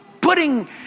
putting